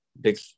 big